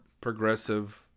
progressive